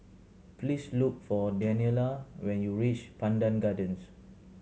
please look for Daniella when you reach Pandan Gardens